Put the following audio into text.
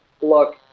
look